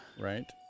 Right